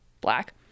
black